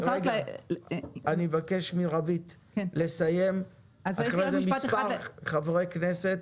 אני מבקש מרוית לסיים, אחרי זה מספר חברי כנסת